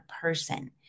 person